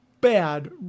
bad